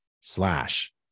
slash